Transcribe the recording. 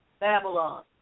Babylon